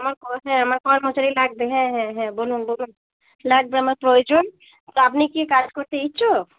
আমার হ্যাঁ আমার কর্মচারী লাগবে হ্যাঁ হ্যাঁ হ্যাঁ বলুন বলুন লাগবে আমার প্রয়োজন তো আপনি কি কাজ করতে ইচ্ছুক